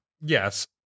Yes